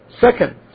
Second